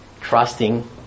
Trusting